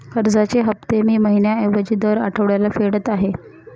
कर्जाचे हफ्ते मी महिन्या ऐवजी दर आठवड्याला फेडत आहे